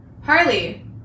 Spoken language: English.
Harley